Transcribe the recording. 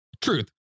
Truth